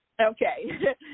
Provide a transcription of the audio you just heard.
Okay